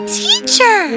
teacher